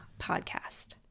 podcast